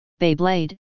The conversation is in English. Beyblade